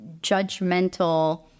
judgmental